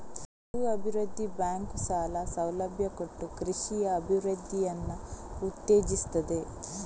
ಭೂ ಅಭಿವೃದ್ಧಿ ಬ್ಯಾಂಕು ಸಾಲ ಸೌಲಭ್ಯ ಕೊಟ್ಟು ಕೃಷಿಯ ಅಭಿವೃದ್ಧಿಯನ್ನ ಉತ್ತೇಜಿಸ್ತದೆ